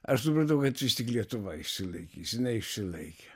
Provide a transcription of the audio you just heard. aš supratau kad vis tik lietuva išsilaikys jinai išsilaikė